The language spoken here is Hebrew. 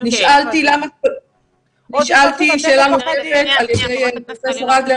נשאלתי שאלה נוספת על ידי פרופ' אדלר,